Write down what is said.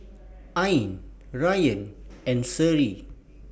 Ain Rayyan and Seri